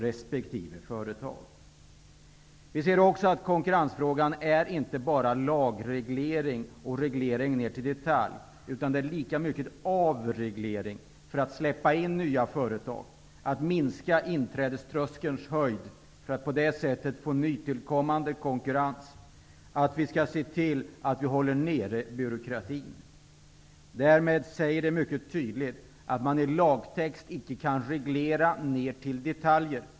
Vi anser också att konkurrensfrågan inte bara är lagreglering och reglering ner till detaljer, utan det är lika mycket avreglering för att släppa in nya företag och minska inträdeströskelns höjd för att på det sättet få nytillkommande konkurrens. Vi skall se till att vi håller byråkratin nere. Det innebär mycket tydligt att man i lagtext icke kan reglera ner till detaljer.